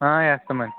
వేస్తామండి